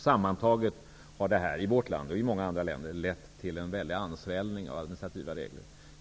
Sammantaget har det här, i vårt land och i många andra länder, lett till en väldig ansvällning av administrativa regler.